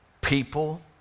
People